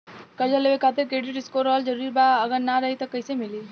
कर्जा लेवे खातिर क्रेडिट स्कोर रहल जरूरी बा अगर ना रही त कैसे मिली?